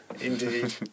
Indeed